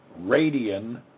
Radian